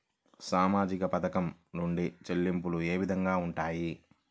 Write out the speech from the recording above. సామాజిక పథకం నుండి చెల్లింపులు ఏ విధంగా ఉంటాయి?